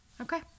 okay